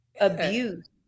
abuse